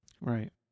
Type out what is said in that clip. Right